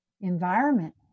environment